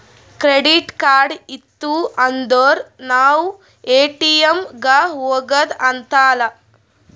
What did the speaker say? credit card ಇತ್ತು ಅಂದುರ್ ನಾವ್ ಎ.ಟಿ.ಎಮ್ ಗ ಹೋಗದ ಹತ್ತಲಾ